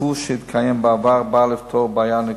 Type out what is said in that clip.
הקורס שהתקיים בעבר בא לפתור בעיה נקודתית,